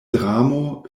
dramo